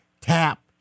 tap